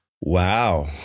Wow